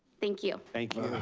thank you. thank you.